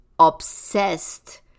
obsessed